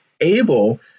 able